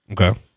Okay